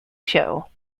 show